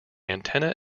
antenna